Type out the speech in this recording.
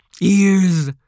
ears